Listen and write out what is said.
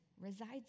resides